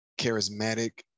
charismatic